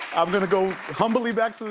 i'm gonna go humbly back so